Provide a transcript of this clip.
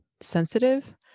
sensitive